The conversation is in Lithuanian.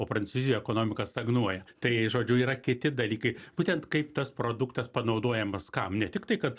o prancūzijoj ekonomika stagnuoja tai žodžiu yra kiti dalykai būtent kaip tas produktas panaudojamas kam ne tiktai kad